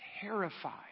terrified